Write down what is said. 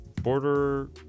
Border